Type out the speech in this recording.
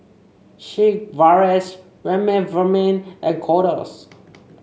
Sigvaris Remifemin and Kordel's